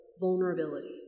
vulnerability